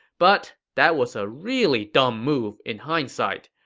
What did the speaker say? but that was a really dumb move in hindsight.